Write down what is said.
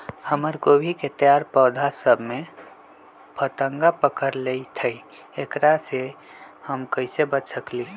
हमर गोभी के तैयार पौधा सब में फतंगा पकड़ लेई थई एकरा से हम कईसे बच सकली है?